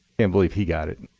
can't believe he got it.